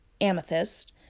amethyst